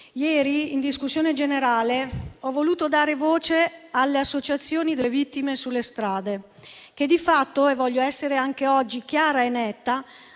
ieri in discussione generale ho voluto dare voce alle associazioni delle vittime sulle strade che di fatto - voglio essere anche oggi chiara e netta